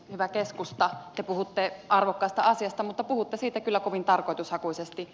hyvä keskusta te puhutte arvokkaasta asiasta mutta puhutte siitä kyllä kovin tarkoitushakuisesti